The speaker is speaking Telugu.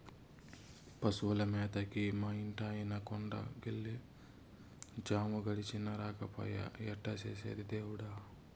పశువుల మేతకి మా ఇంటాయన కొండ కెళ్ళి జాము గడిచినా రాకపాయె ఎట్టా చేసేది దేవుడా